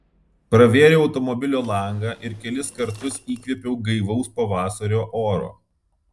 pravėriau automobilio langą ir kelis kartus įkvėpiau gaivaus pavasario oro